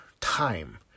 time